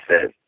says